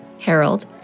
Harold